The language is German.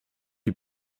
die